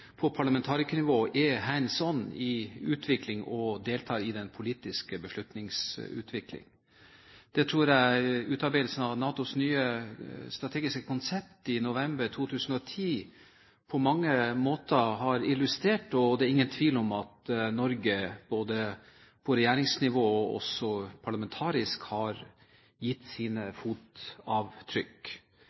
på parlamentarikernivå «hands on» og deltar i den politiske beslutningsutvikling. Det tror jeg utarbeidelsen av NATOs nye strategiske konsept i november 2010 på mange måter har illustrert. Det er ingen tvil om at Norge både på regjeringsnivå og parlamentarisk har satt sine fotavtrykk.